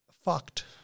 fucked